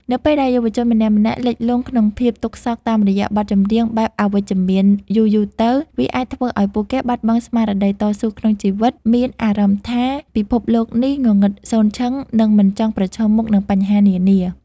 នៅពេលដែលយុវជនម្នាក់ៗលិចលង់ក្នុងភាពទុក្ខសោកតាមរយៈបទចម្រៀងបែបអវិជ្ជមានយូរៗទៅ វាអាចធ្វើឱ្យពួកគេបាត់បង់ស្មារតីតស៊ូក្នុងជីវិត មានអារម្មណ៍ថាពិភពលោកនេះងងឹតសូន្យឈឹង និងមិនចង់ប្រឈមមុខនឹងបញ្ហានានា